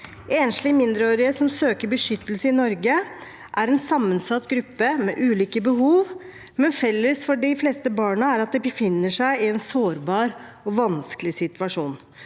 Enslige mindreårige som søker beskyttelse i Norge, er en sammensatt gruppe med ulike behov, men felles for de fleste barna er at de befinner seg i en sårbar og vanskelig situasjon.